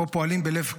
או פועלים בלב קסבה,